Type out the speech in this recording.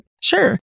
Sure